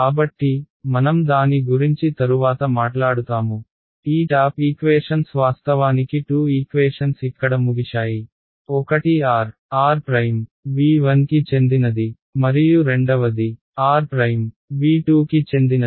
కాబట్టి మనం దాని గురించి తరువాత మాట్లాడుతాము ఈ టాప్ ఈక్వేషన్స్ వాస్తవానికి 2 ఈక్వేషన్స్ ఇక్కడ ముగిశాయి ఒకటి r r V1 కి చెందినది మరియు రెండవది r V2 కి చెందినది